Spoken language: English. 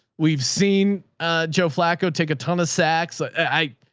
we've seen joe flacco take a ton of sacks. i,